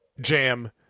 jam